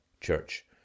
Church